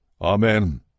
Amen